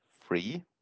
free